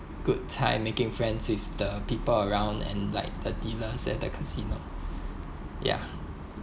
good time making friends with the people around and like the dealers at the casino ya